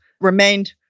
remained